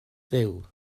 dduw